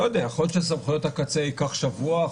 יכול להיות שסמכויות הקצה ייקח שבוע,